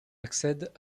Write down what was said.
accède